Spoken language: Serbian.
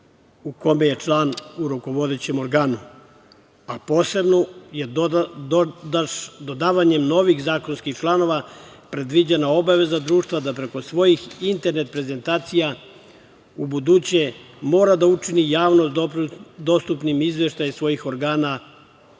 u kome je član u rukovodećem organu. Posebno je dodavanjem novih zakonskih članova predviđena obaveza društva da preko svojih internet prezentacija u buduće mora da pruži javnosti dostupnim izveštaje svojih organa